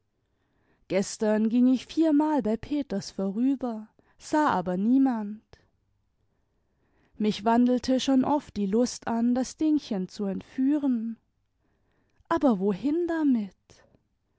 gestern ging ich viermal bei peters vorüber sah aber niemand mich wandelte schon oft die lust an das dingchen zu entführen aber wohin damit